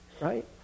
right